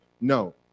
No